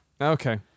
Okay